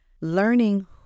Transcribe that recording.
learning